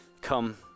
come